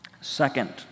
Second